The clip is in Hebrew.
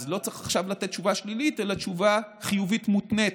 אז לא צריך עכשיו לתת תשובה שלילית אלא תשובה חיובית מותנית,